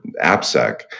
AppSec